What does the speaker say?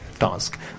task